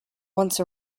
once